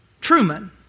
Truman